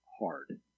hard